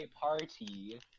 party